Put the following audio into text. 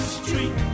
street